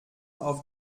auf